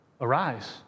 arise